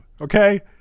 okay